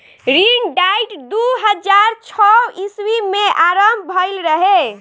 ऋण डाइट दू हज़ार छौ ईस्वी में आरंभ भईल रहे